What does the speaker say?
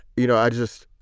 you know, ah just